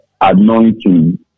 anointing